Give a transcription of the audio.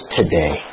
today